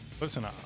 Listen